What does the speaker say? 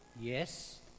Yes